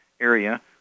area